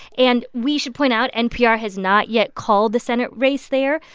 and we should point out, npr has not yet called the senate race there,